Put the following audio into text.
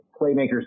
playmakers